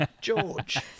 George